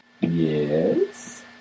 Yes